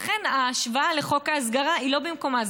לכן, ההשוואה לחוק ההסגרה היא לא במקומה.